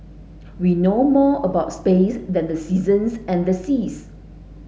we know more about space than the seasons and the seas